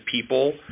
people